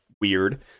weird